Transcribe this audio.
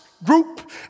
group